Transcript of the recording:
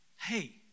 hey